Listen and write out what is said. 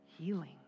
Healing